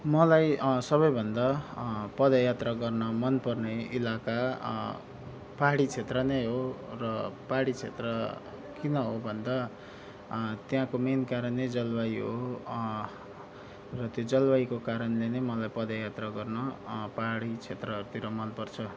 मलाई सबैभन्दा पदयात्रा गर्न मनपर्ने इलाका पाहाडी क्षेत्र नै हो र पाहाडी क्षेत्र किन हो भन्दा त्यहाँको मेन कारणै जलवायु हो र त्यो जलवायुकै कारणले नै मलाई पदयात्रा गर्न पाहाडी क्षेत्रतिर मनपर्छ